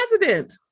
president